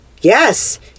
Yes